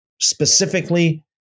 specifically